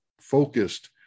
focused